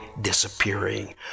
disappearing